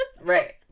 Right